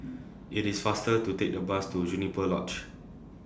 IT IS faster to Take The Bus to Juniper Lodge